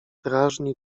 drażni